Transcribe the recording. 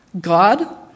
God